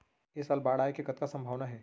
ऐ साल बाढ़ आय के कतका संभावना हे?